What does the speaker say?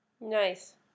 Nice